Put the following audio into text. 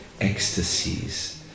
ecstasies